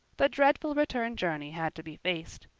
the dreadful return journey had to be faced.